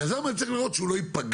היזם אני צריך לראות שהוא לא ייפגע.